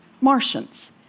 Martians